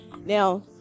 Now